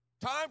Time